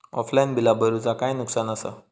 Offline बिला भरूचा काय नुकसान आसा?